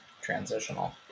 Transitional